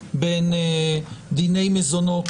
רואה בין דיני מזונות,